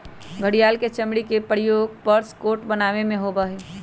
घड़ियाल के चमड़ी के प्रयोग पर्स कोट बनावे में होबा हई